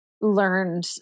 learned